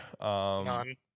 None